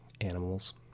animals